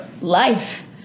life